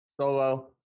solo